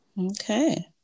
Okay